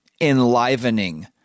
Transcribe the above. enlivening